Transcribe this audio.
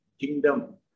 kingdom